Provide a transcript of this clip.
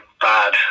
bad